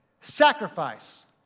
Sacrifice